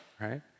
right